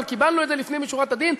אבל קיבלנו את זה לפנים משורת הדין.